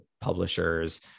publishers